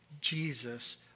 Jesus